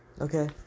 Okay